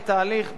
כתהליך,